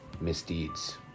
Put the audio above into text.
misdeeds